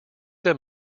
them